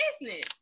business